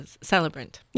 celebrant